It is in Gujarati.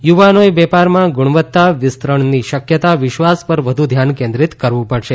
યુવાનોએ વેપારમાં ગુણવત્તા વિસ્તરણની શક્યતા વિશ્વાસ પર વધુ ધ્યાન કેન્દ્રિત કરવું પડશે